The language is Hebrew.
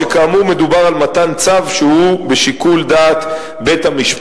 שכאמור מדובר על מתן צו שהוא בשיקול דעת בית-המשפט,